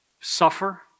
suffer